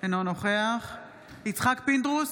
אינו נוכח יצחק פינדרוס,